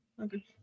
Okay